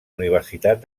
universitat